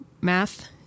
math